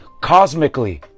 Cosmically